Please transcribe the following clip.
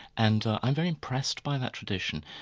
and i'm very impressed by that tradition,